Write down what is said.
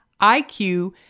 IQ